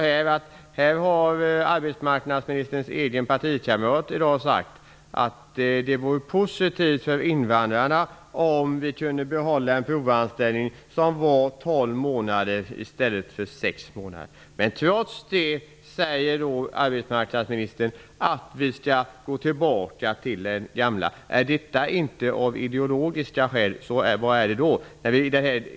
Här har arbetsmarknadsministerns egen partikamrat i dag sagt att det vore positivt för invandrarna om vi kunde behålla en provanställningstid på tolv månader i stället för sex. Men trots det säger arbetsmarknadsministern att vi skall gå tillbaka till det gamla. Om det inte är av ideologiska skäl, vad är det då?